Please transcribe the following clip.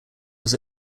was